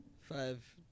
Five